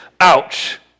Ouch